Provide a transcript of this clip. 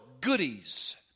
goodies